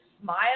smile